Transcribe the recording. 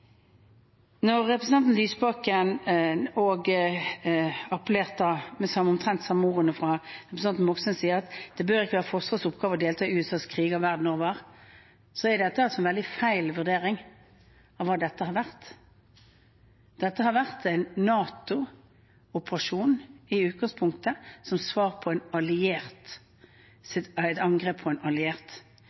Når representanten Lysbakken, akkompagnert av omtrent de samme ordene fra representanten Moxnes, sier at det ikke bør være Forsvarets oppgave å delta i USAs kriger verden over, er det en veldig feil vurdering av hva dette har vært. Dette har i utgangspunktet vært en NATO-operasjon, som svar på et angrep på en alliert – helt legitimt folkerettsmessig og en